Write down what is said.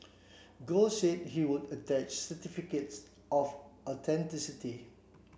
gold said he would attach certificates of authenticity